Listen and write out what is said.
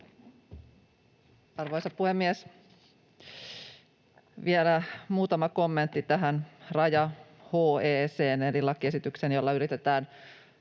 Arvoisa puhemies! Vielä muutama kommentti tähän raja-HE:hen eli lakiesitykseen, jolla pyritään